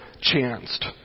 chanced